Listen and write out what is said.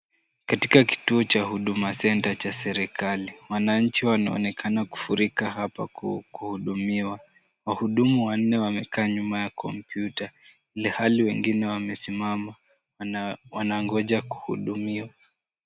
Katika kituo cha huduma Centre cha serekali wananchi wanaonekana kufurika hapa kuhudumiwa. Wahudumu wanne wamekaa nyuma ya komputa ilhali wengine wamesimama wanangoja kuhudumiwa.